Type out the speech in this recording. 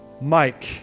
Mike